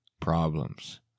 problems